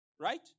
Right